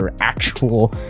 actual